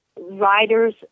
riders